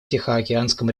тихоокеанском